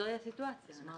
זוהי הסיטואציה.